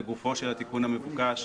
לגופו של התיקון המבוקש.